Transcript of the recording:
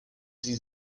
sie